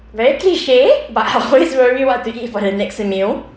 very cliche but I always worry what to eat for the next meal